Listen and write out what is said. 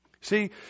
See